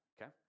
okay